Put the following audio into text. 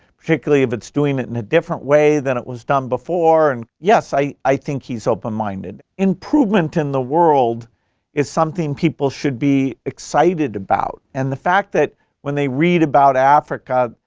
particularly if it's doing it in a different way than it was done before, and yes, i i think he's open-minded. improvement in the world is something people should be excited about and the fact that when they read about africa,